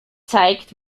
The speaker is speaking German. zeigt